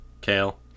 kale